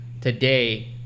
today